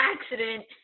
accident